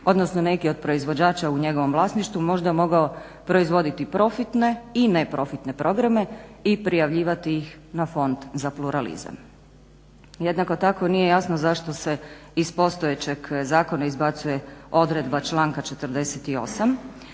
odnosno neki od proizvođača u njegovom vlasništvu možda mogao proizvoditi profitne i neprofitne programe i prijavljivati ih na fond za pluralizam. Jednako tako nije jasno zašto se iz postojećeg zakona izbacuje odredba članka 48.